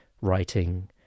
writing